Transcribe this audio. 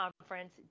Conference